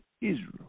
Israel